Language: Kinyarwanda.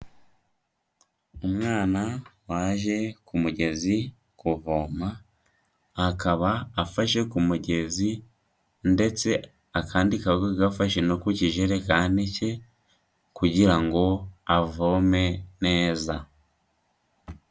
Umwana waje ku mugezi kuvoma, akaba afashe ku mugezi ndetse akandi kaboko gafashe no ku kijerekani cye kugira ngo avome neza.